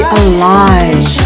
alive